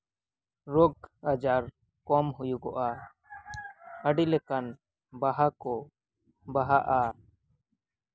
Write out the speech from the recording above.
ᱨᱳᱜᱽᱼᱟᱡᱟᱨ ᱠᱚᱢ ᱦᱩᱭᱩᱜᱚᱜᱼᱟ ᱟᱹᱰᱤᱞᱮᱠᱟᱱ ᱵᱟᱦᱟ ᱠᱚ ᱵᱟᱦᱟᱜᱼᱟ